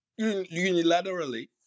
unilaterally